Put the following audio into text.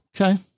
Okay